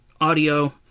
audio